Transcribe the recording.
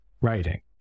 writing